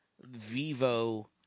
Vivo